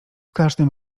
każdym